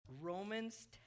Romans